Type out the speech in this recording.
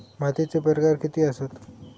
मातीचे प्रकार किती आसत?